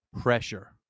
pressure